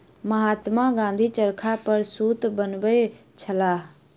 महात्मा गाँधी चरखा पर सूत बनबै छलाह